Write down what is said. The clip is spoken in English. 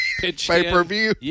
Pay-per-view